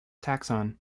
taxon